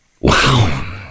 Wow